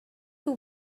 too